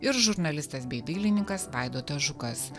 ir žurnalistas bei dailininkas vaidotas žukas